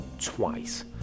twice